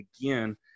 again